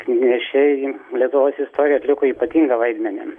knygnešiai lietuvos istorijoj atliko ypatingą vaidmenį